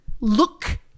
look